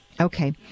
Okay